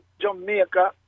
Jamaica